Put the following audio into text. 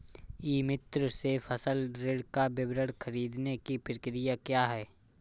ई मित्र से फसल ऋण का विवरण ख़रीदने की प्रक्रिया क्या है?